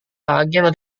agen